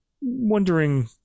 Wondering